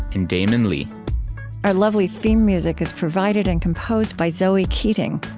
and damon lee our lovely theme music is provided and composed by zoe keating.